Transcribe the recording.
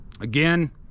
Again